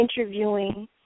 interviewing